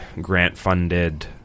grant-funded